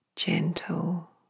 gentle